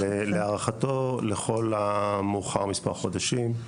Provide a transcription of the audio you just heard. להערכתו, לכל המאוחר, מספר חודשים.